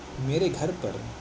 میرے گھر پر